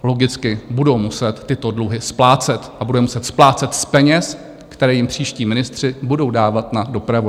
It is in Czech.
Logicky budou muset tyto dluhy splácet a budou je muset splácet z peněz, které jim příští ministři budou dávat na dopravu.